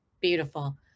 Beautiful